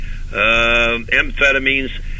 amphetamines